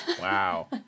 Wow